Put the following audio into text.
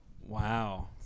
Wow